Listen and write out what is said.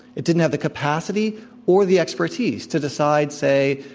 it didn't have the capacity or the expertise to decide, say,